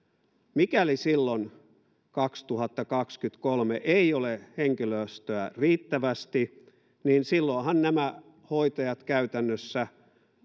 mikäli silloin kaksituhattakaksikymmentäkolme ei ole henkilöstöä riittävästi niin silloinhan nämä hoitajat käytännössä